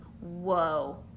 whoa